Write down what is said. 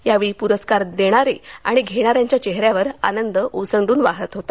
यावेळी पुरस्कार देणारे आणि घेणाऱ्यांच्या चेहेऱ्यावर आनंद ओसंडून वाहत होता